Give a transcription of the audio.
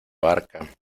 barca